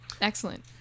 Excellent